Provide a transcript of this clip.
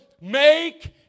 make